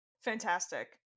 fantastic